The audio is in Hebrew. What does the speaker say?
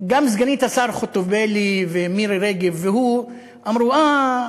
גם סגנית השר חוטובלי ומירי רגב והוא אמרו: אה,